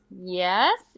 Yes